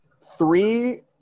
three